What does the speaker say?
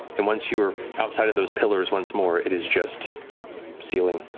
and once you're outside of those pillars once more, it is just ceiling,